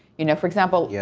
you know. for example, yeah